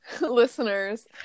listeners